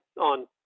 on